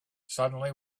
suddenly